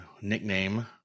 nickname